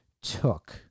took